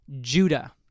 Judah